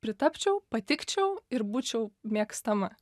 pritapčiau patikčiau ir būčiau mėgstama